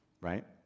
right